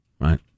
Right